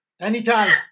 Anytime